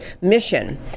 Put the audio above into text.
mission